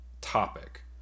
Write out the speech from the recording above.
topic